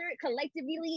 collectively